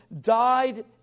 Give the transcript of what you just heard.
died